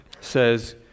says